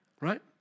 right